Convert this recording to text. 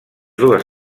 dues